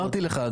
אמרתי לך,